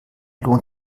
lohnt